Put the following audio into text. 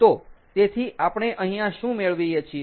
તો તેથી આપણે અહીંયા શું મેળવીએ છીએ